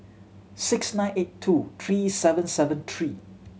six nine eight two three seven seven three